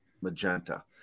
Magenta